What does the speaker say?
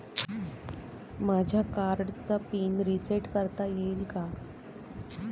माझ्या कार्डचा PIN reset करता येईल का?